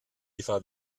eva